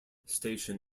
station